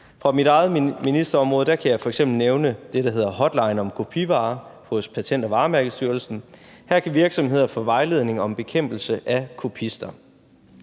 For mit eget ministerområde kan jeg f.eks. nævne det, der hedder Hotline om kopivarer, hos Patent- og Varemærkestyrelsen. Her kan virksomheder få vejledning om bekæmpelse af kopister.